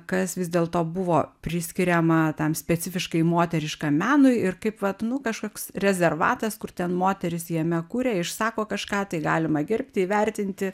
kas vis dėlto buvo priskiriama tam specifiškai moteriškam menui ir kaip vat nu kažkoks rezervatas kur ten moterys jame kuria išsako kažką tai galima gerbti įvertinti